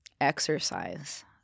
exercise